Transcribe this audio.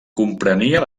comprenia